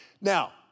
Now